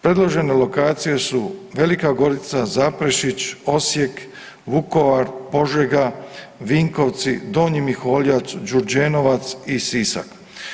Predložene lokacije su Velika Gorica, Zaprešić, Osijek, Vukovar, Požega, Vinkovci, Donji Miholjac, Đurđenovac i Sisak.